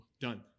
Done